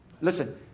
Listen